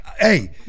hey